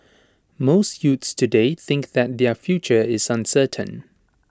most youths today think that their future is uncertain